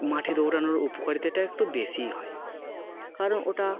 মাঠে দৌড়ানোর উপকারিতাটা একটু বেশিই হয় কারণ ওটা